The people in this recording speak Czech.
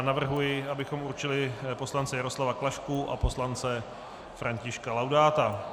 Navrhuji, abychom určili poslance Jaroslava Klašku a poslance Františka Laudáta.